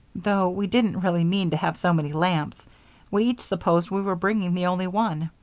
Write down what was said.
though we didn't really mean to have so many lamps we each supposed we were bringing the only one.